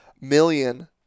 million